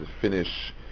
finish